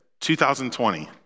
2020